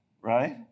right